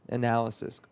analysis